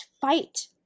fight